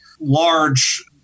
large